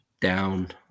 down